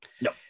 No